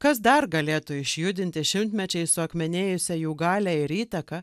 kas dar galėtų išjudinti šimtmečiais suakmenėjusią jų galią ir įtaką